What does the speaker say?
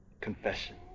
Confession